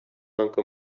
آنکه